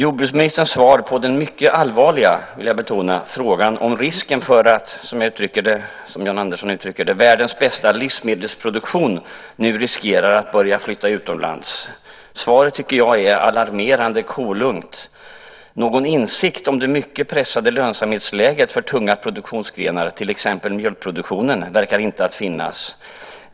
Jordbruksministerns svar på den mycket allvarliga, vill jag betona, frågan om risken för att, som Jan Andersson uttrycker det, "världens bästa livsmedelsproduktion" nu börjar flytta utomlands tycker jag är alarmerande kolugnt. Någon insikt om det mycket pressade lönsamhetsläget för tunga produktionsgrenar, till exempel mjölkproduktionen, verkar inte finnas.